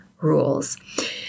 rules